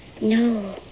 No